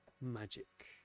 magic